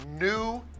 new